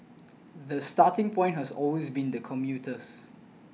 the starting point has always been the commuters